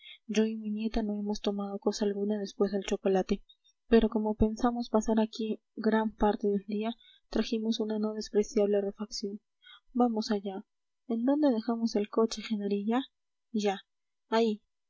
yo y mi nieta no hemos tomado cosa alguna después del chocolate pero como pensamos pasar aquí gran parte del día trajimos una no despreciable refacción vamos allá en dónde dejamos el coche genarilla ya ahí